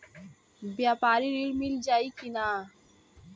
व्यापारी ऋण मिल जाई कि ना?